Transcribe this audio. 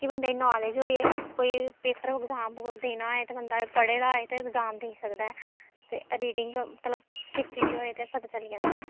कि बंदे गी नालेज होए कोई पेपर ऐग्जाम देना होए ते बंदा पढ़े दा होए ते ऐग्जाम देई सकदा ऐ ते रीडिंग भला कीती दी होए ते पता चली जंदा ऐ